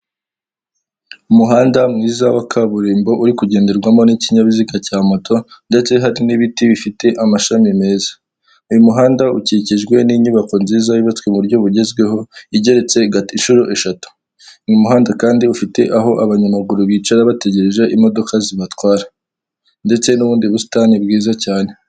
Uku ni uko bishyura amafaranga bakoresheje ikoranabuhanga bisa nk'aho ari mu gihugu cy'Ubwongereza, umuntu yari yohereje amafaranga igihumbi berekana n'undi ayo aribuze kwakira, kandi biba byerekana nimba ukoresheje ikarita za banki cyangwa izindi zose waba ukoresheje birabyerekana.